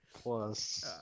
plus